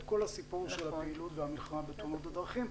כל הסיפור של הפעילות והמלחמה בתאונות דרכים.